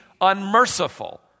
unmerciful